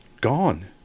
gone